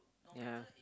ya